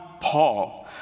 Paul